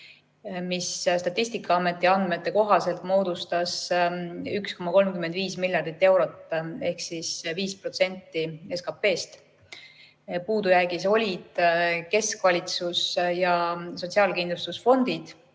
mis Statistikaameti andmete kohaselt moodustas 1,35 miljardit eurot ehk 5% SKP‑st. Puudujäägis olid keskvalitsus ja sotsiaalkindlustusfondid,